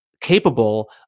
capable